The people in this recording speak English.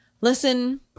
listen